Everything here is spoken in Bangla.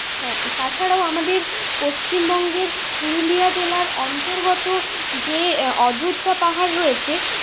তাছাড়াও আমাদের পশ্চিমবঙ্গের পুরুলিয়া জেলার অন্তর্গত যে অযোধ্যা পাহাড় রয়েছে